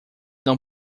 não